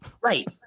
Right